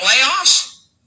Playoffs